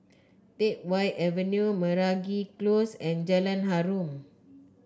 Teck Whye Avenue Meragi Close and Jalan Harum